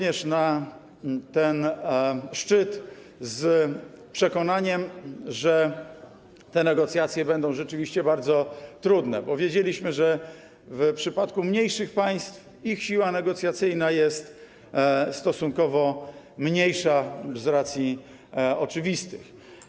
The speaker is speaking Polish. Jechaliśmy na ten szczyt również z przekonaniem, że te negocjacje będą rzeczywiście bardzo trudne, bo wiedzieliśmy, że w przypadku mniejszych państw ich siła negocjacyjna jest stosunkowo mniejsza z oczywistych racji.